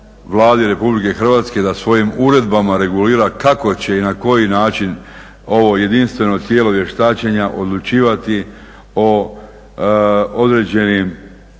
Vladi Republike Hrvatske da svojim uredbama regulira kako će i na koji način ovo jedinstveno tijelo vještačenja odlučivati o određenim